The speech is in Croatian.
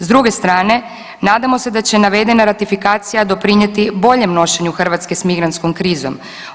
S druge strane nadamo se da će navedena ratifikacija doprinijeti boljem nošenju Hrvatske s migrantskom krizom.